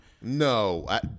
No